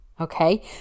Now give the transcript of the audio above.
okay